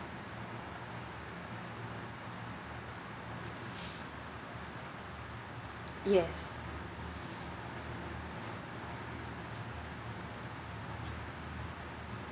yes